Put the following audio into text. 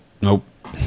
nope